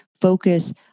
focus